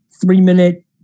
three-minute